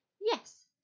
yes